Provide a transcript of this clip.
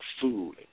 food